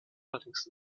allerdings